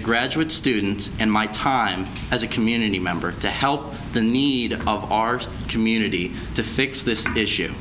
a graduate student and my time as a community member to help the need of ours community to fix this issue